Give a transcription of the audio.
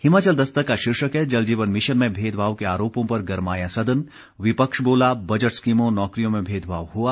हिमाचल दस्तक का शीर्षक है जल जीवन मिशन में भेदभाव के आरोपों पर गरमाया सदन विपक्ष बोला बजट स्कीमों नौकरियों में भेदभाव हुआ